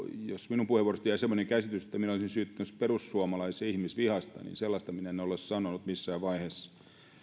jos minun puheenvuorostani jäi semmoinen käsitys että minä olisin syyttämässä perussuomalaisia ihmisvihasta niin sellaista minä en ole ole sanonut missään vaiheessa